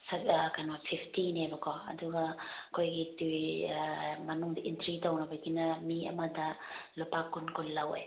ꯑꯥ ꯐꯤꯐꯇꯤꯅꯦꯕꯀꯣ ꯑꯗꯨꯒ ꯑꯩꯈꯣꯏꯒꯤ ꯑꯥ ꯃꯅꯨꯡꯗ ꯏꯟꯇ꯭ꯔꯤ ꯇꯧꯅꯕꯒꯤꯅ ꯃꯤ ꯑꯃꯗ ꯂꯨꯄꯥ ꯀꯨꯟ ꯀꯨꯟ ꯂꯧꯋꯦ